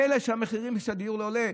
פלא שהמחיר של הדיור עולה?